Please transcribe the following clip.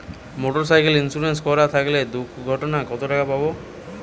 Motorcycle insurance করা থাকলে দুঃঘটনায় কতটাকা পাব?